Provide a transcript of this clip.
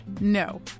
No